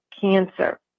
cancer